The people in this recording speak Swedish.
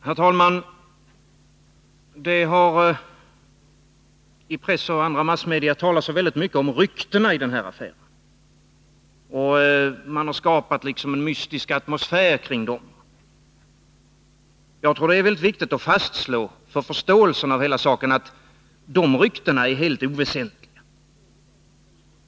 Herr talman! Det har i press och andra massmedia talats väldigt mycket om ryktena i den här affären, och man har liksom skapat en mystisk atmosfär kring dem. Men för förståelsen av hela saken tror jag att det är viktigt att fastslå att de ryktena är helt oväsentliga.